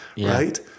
right